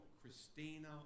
Christina